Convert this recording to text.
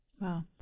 Wow